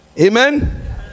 Amen